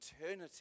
eternity